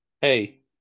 hey